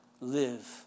live